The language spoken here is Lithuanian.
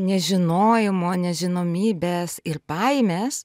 nežinojimo nežinomybės ir baimės